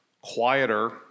quieter